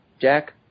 Jack